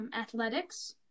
athletics